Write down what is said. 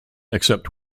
except